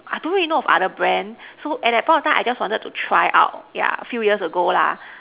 I don't really know of other brand so at that point of time I wanted to try out yeah a few years ago lah